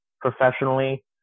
professionally